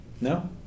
No